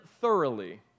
thoroughly